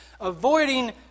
avoiding